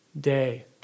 day